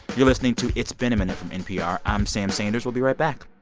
you're listening to it's been a minute from npr. i'm sam sanders. we'll be right back